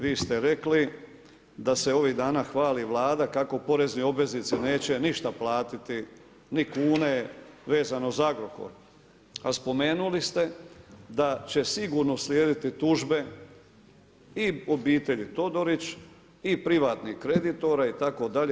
Vi ste rekli da se ovih dana hvali Vlada kako porezni obveznici neće ništa platiti ni kune vezano za Agrokor, a spomenuli ste da će sigurno uslijediti tužbe i obitelji Todorić i privatnih kreditora itd.